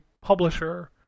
publisher